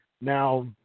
Now